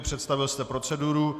Představil jste proceduru.